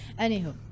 Anywho